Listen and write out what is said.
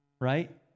right